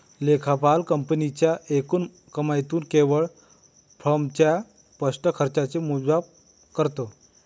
लेखापाल कंपनीच्या एकूण कमाईतून केवळ फर्मच्या स्पष्ट खर्चाचे मोजमाप करतो